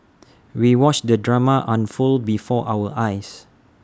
we watched the drama unfold before our eyes